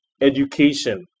education